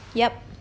yup